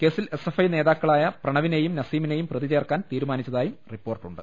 കേസിൽ S F I നേതാ ക്കളായ പ്രണവിനെയും നസീമിനെയും പ്രതിചേർക്കാൻ തീരു മാനിച്ചതായും റിപ്പോർട്ടുണ്ട്